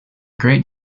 great